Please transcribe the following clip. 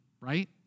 right